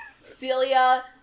Celia